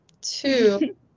two